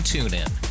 TuneIn